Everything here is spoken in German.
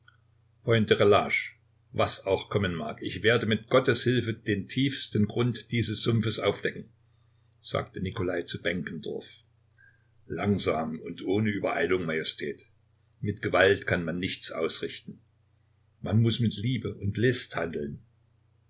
was auch kommen mag ich werde mit gottes hilfe den tiefsten grund dieses sumpfes aufdecken sagte nikolai zu benkendorf langsam und ohne übereilung majestät mit gewalt kann man nichts ausrichten man muß mit liebe und list handeln